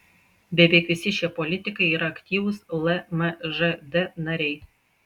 beveik visi šie politikai yra aktyvūs lmžd nariai